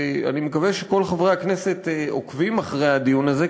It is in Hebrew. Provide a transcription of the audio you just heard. ואני מקווה שכל חברי הכנסת עוקבים אחרי הדיון הזה,